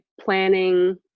planning